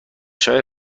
شاید